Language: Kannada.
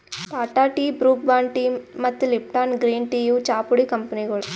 Tata tea, Brooke Bond tea ಮತ್ತ್ ಲಿಪ್ಟಾನ್ ಗ್ರೀನ್ ಟೀ ಇವ್ ಚಾಪುಡಿ ಕಂಪನಿಗೊಳ್